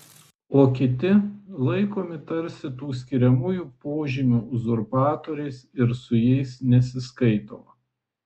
o kiti laikomi tarsi tų skiriamųjų požymių uzurpatoriais ir su jais nesiskaitoma